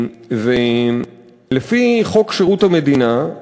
לפי חוק שירות המדינה,